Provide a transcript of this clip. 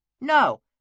No